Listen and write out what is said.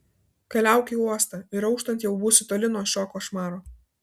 keliauk į uostą ir auštant jau būsi toli nuo šio košmaro